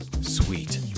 sweet